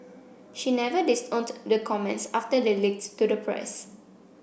she never disowned the comments after they leaked to the press